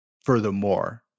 furthermore